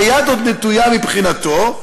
והיד עוד נטויה מבחינתו.